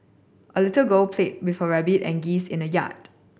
a little girl played with her rabbit and geese in the yard